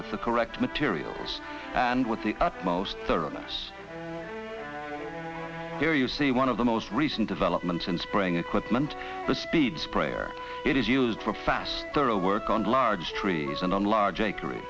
with the correct materials and with the utmost or as here you see one of the most recent development and spraying equipment the speed sprayer it is used for fast thorough work on large trees and on large acreage